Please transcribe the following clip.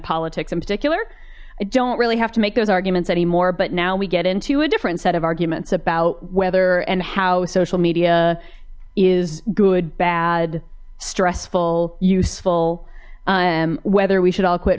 politics in particular i don't really have to make those arguments anymore but now we get into a different set of arguments about whether and how social media is good bad stressful useful and whether we should all quit